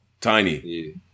Tiny